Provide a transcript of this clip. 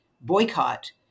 boycott